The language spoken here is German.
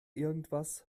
irgendwas